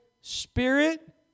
spirit